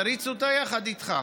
תריץ אותה יחד איתם.